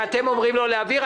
אם אתם אומרים לא להעביר,